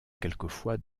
quelquefois